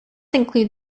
include